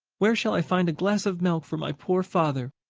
where shall i find a glass of milk for my poor father?